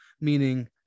meaning